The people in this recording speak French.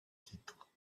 titre